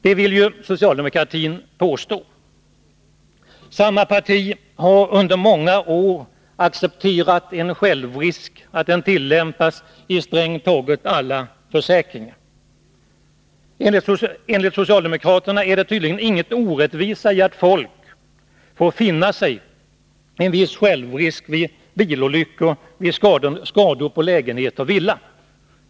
Det vill ju socialdemokratin påstå. Samma parti har under många år accepterat att självrisk tillämpas i strängt taget alla försäkringar. Enligt socialdemokraterna är det tydligen ingen orättvisa i att folk får finna sig i en viss självrisk vid bilolyckor eller vid skador på lägenhet och villa.